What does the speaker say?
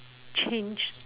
change